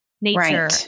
nature